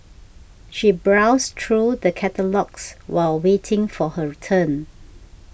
she browsed through the catalogues while waiting for her turn